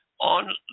on